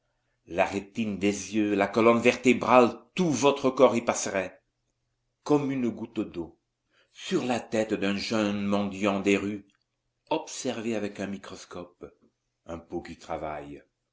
la rétine des yeux la colonne vertébrale tout votre corps y passerait comme une goutte d'eau sur la tête d'un jeune mendiant des rues observez avec un microscope un pou qui travaille